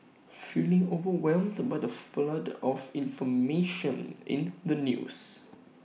feeling overwhelmed the by the flood of information in the news